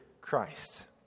Christ